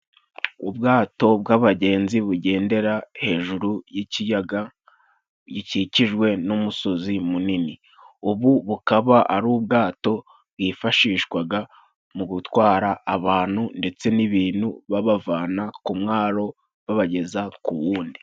Ubwato bw'abagenzi bugendera hejuru y'ikiyaga gikikijwe n'umusozi munini. Ubu bukaba ari ubwato bwifashishwaga mu gutwara abantu ndetse n'ibintu babavana ku mwaro babageza ku wundi.